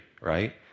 right